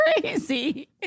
crazy